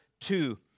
two